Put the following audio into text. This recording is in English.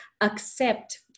accept